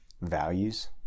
values